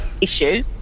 issue